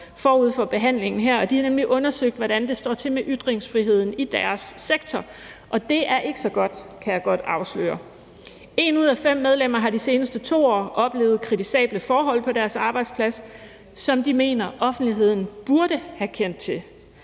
forud for behandlingen her. De har nemlig undersøgt, hvordan det står til med ytringsfriheden i deres sektor, og det er ikke så godt, kan jeg godt afsløre. Et ud af fem medlemmer har de seneste 2 år oplevet kritisable forhold på deres arbejdsplads, som de mener at offentligheden burde have kendt til.